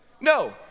No